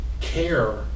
care